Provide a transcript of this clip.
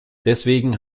deswegen